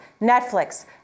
Netflix